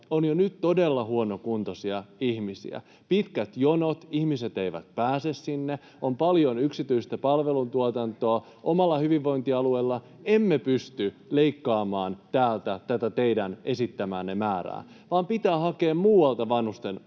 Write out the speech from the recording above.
on jo nyt todella huonokuntoisia ihmisiä, pitkät jonot, ihmiset eivät pääse sinne, on paljon yksityistä palveluntuotantoa. Omalla hyvinvointialueella emme pysty leikkaamaan täältä tätä teidän esittämäänne määrää vaan pitää hakea muualta vanhustenhoidosta,